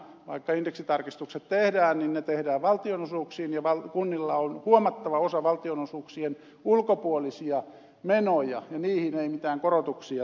vaikka indeksitarkistukset tehdään niin ne tehdään valtionosuuksiin ja kunnilla on huomattava osa valtionosuuksien ulkopuolisia menoja ja niihin ei mitään korotuksia tule